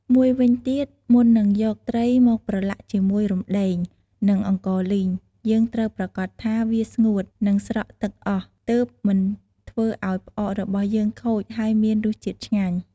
មួយវិញទៀត មុននឹងយកត្រីមកប្រឡាក់ជាមួយរំដេង និងអង្ករលីង យើងត្រូវប្រាកដថា វាស្ងួត និងស្រក់ទឹកអស់ ទើបមិនធ្វើឱ្យផ្អករបស់យើងខូច ហើយមានរសជាតិឆ្ងាញ់។